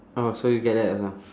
orh so you get that also